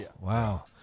Wow